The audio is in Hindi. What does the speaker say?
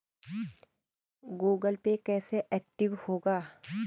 गूगल पे कैसे एक्टिव होगा?